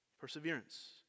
Perseverance